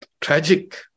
tragic